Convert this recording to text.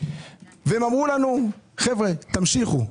אמרו לנו: תמשיכו.